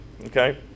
okay